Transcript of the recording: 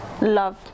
Love